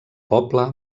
poble